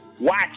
watch